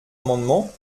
amendement